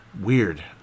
Weird